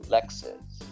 Lexus